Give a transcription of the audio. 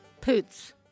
Poots